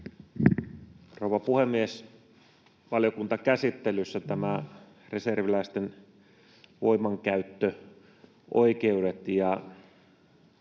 Rouva puhemies! Valiokuntakäsittelyssä nämä reserviläisten voimankäyttöoikeudet